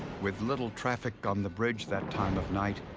with little traffic on the bridge that time of night,